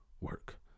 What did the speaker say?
work